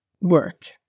work